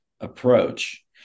approach